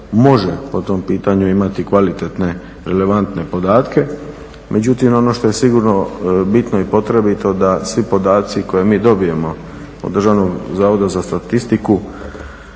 može po tom pitanju imati kvalitetne, relevantne podatke. Međutim, ono što je sigurno bitno i potrebito da svi podaci koje mi dobijemo od Državnog zavoda za statistiku